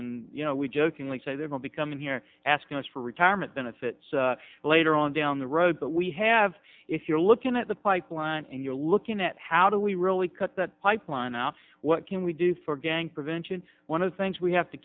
and you know we jokingly say they will be coming here asking us for retirement benefits later on down the road but we have if you're looking at the pipeline and you're looking at how do we really cut that pipeline off what can we do for gang prevention one of the things we have to